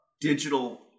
digital